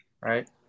right